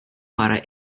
para